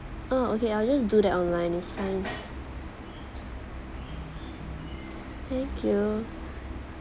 oh okay I'll just do that online it's fine thank you